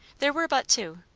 there were but two,